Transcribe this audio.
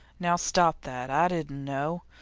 now stop that. i didn't know.